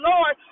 Lord